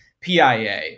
PIA